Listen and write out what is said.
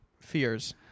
fears